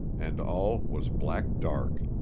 and all was black dark.